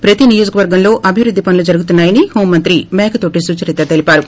ప్రతి నియోజకవర్గంలో అభివృద్ది పనులు జరుగుతున్నా యని హోం మంత్రి మేకతోటి సుచరిత తెలిపారు